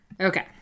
Okay